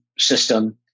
system